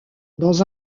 dans